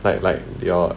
like like your